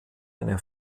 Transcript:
eine